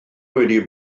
wedi